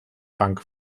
bank